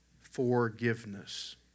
forgiveness